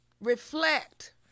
reflect